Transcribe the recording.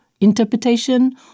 interpretation